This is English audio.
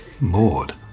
Maud